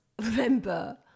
remember